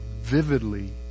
vividly